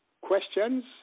questions